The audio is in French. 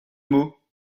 mot